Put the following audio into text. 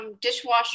dishwasher